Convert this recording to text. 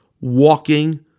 walking